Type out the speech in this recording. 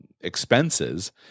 expenses